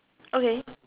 okay